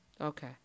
Okay